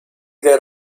del